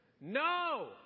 No